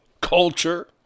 Culture